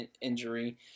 injury